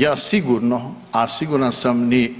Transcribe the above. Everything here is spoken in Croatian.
Ja sigurno, a siguran sam ni